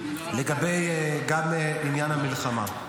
אני אומר כך, גם לגבי עניין המלחמה.